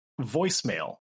Voicemail